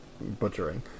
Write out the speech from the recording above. butchering